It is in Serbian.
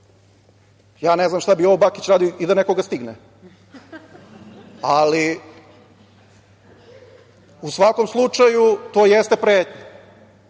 ja ne znam šta bi Jovo Bakić radio i da nekoga stigne, ali, u svakom slučaju, to jeste pretnja,